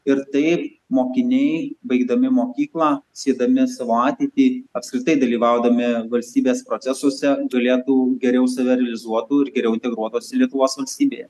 ir taip mokiniai baigdami mokyklą siedami savo ateitį apskritai dalyvaudami valstybės procesuose galėtų geriau save realizuotų ir geriau integruotųs lietuvos valstybėje